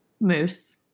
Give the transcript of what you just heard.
Moose